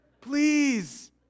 Please